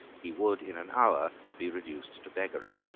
he would in an hour be reduced to beggary.